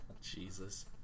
Jesus